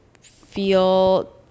feel